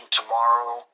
tomorrow